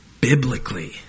biblically